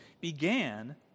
began